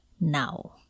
now